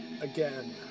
again